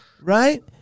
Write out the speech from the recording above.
right